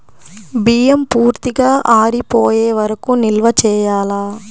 బియ్యం పూర్తిగా ఆరిపోయే వరకు నిల్వ చేయాలా?